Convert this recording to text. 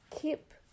keep